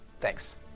Thanks